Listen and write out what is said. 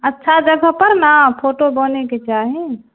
अच्छा जगह पर ने फोटो बनेके चाही